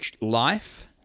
Life